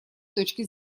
точки